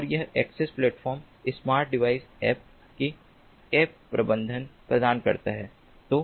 और यह access platform smart device apps के लिए ऐप प्रबंधन प्रदान करता है